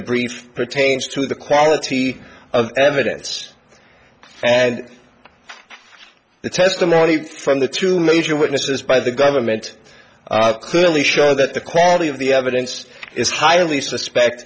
the brief pertains to the quality of evidence and the testimony from the two major witnesses by the government clearly show that the quality of the evidence is highly suspect